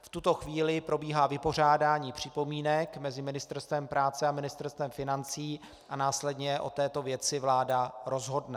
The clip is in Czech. V tuto chvíli probíhá vypořádání připomínek mezi Ministerstvem práce a Ministerstvem financí a následně o této věci vláda rozhodne.